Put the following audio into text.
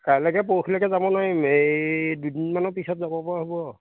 কাইলৈকে পৰসিলৈকে যাব নোৱাৰিম এই দুদিনমানৰ পিছত যাব পৰা হ'ব